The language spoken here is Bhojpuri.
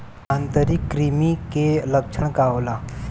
आंतरिक कृमि के लक्षण का होला?